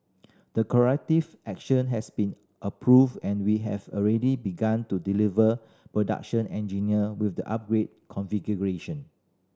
the corrective action has been approved and we have already begun to deliver production engine with the upgraded configuration